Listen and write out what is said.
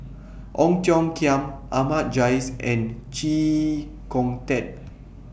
Ong Tiong Khiam Ahmad Jais and Chee Kong Tet